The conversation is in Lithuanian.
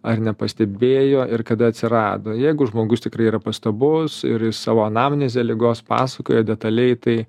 ar nepastebėjo ir kada atsirado jeigu žmogus tikrai yra pastabus ir jis savo anamnezę ligos pasakoja detaliai tai